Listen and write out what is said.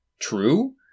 true